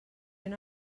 una